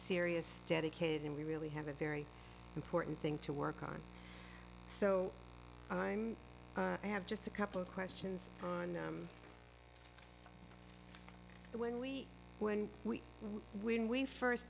serious dedicated and we really have a very important thing to work on so i'm have just a couple of questions when we when we when we first